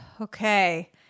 Okay